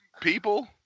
people